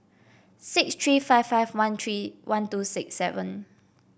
six three five five one three one two six seven